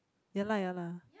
ya lah ya lah